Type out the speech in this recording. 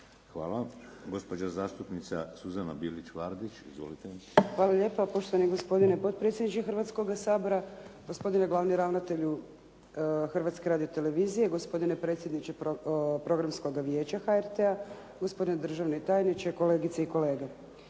Hvala. Gospođa zastupnica Suzana Bilić Vardić. Izvolite. **Bilić Vardić, Suzana (HDZ)** Hvala lijepo poštovani gospodine potpredsjedniče Hrvatskoga sabora, gospodine glavni ravnatelju Hrvatske radiotelevizije, gospodine predsjedniče Programskoga vijeća HRT-a, gospodine državni tajniče, kolegice i kolege.